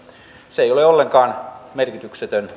se ei ole ollenkaan merkityksetön